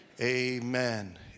amen